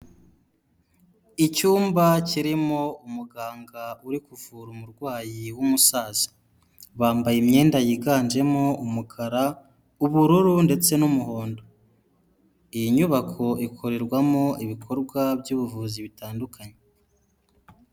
Icyumba kirimo umuganga uri kuvura umurwayi w'umusaza, bambaye imyenda yiganjemo umukara, ubururu ndetse n'umuhondo, iyi nyubako ikorerwamo ibikorwa by'ubuvuzi bitandukanye.